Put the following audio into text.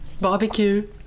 Barbecue